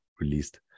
released